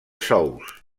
sous